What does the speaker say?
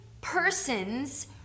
persons